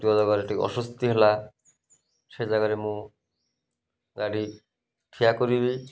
ଯେଉଁ ଜାଗାରେ ଟିକେ ଅଶ୍ଵସ୍ତି ହେଲା ସେ ଜାଗାରେ ମୁଁ ଗାଡ଼ି ଠିଆ କରିବି